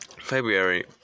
February